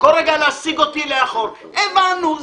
ובכל רגע להסיג אותי לאחור הבנו,